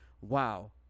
Wow